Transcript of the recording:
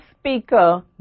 speaker